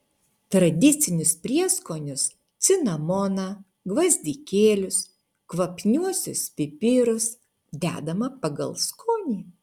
tradicinius prieskonius cinamoną gvazdikėlius kvapniuosius pipirus dedama pagal skonį